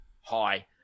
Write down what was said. Hi